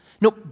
no